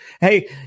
Hey